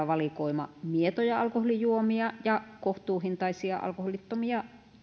valikoima mietoja alkoholijuomia ja kohtuuhintaisia alkoholittomia